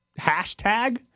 hashtag